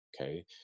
okay